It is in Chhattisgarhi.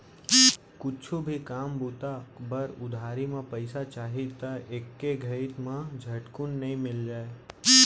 कुछु भी काम बूता बर उधारी म पइसा चाही त एके घइत म झटकुन नइ मिल जाय